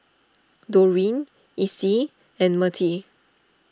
Doreen Icie and Mertie